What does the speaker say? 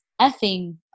effing